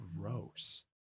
gross